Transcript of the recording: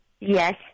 Yes